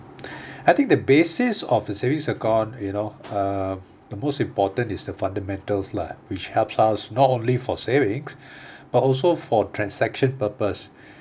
I think the basis of the savings account you know uh the most important is the fundamentals lah which helps us not only for savings but also for transaction purpose